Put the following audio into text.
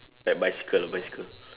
like bicycle bicycle